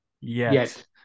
Yes